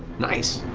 nice!